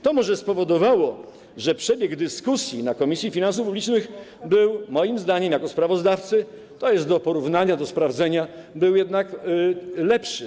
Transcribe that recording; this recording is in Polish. To może spowodowało, że przebieg dyskusji w Komisji Finansów Publicznych był moim zdaniem jako sprawozdawcy - to jest do porównania, do sprawdzenia - jednak lepszy.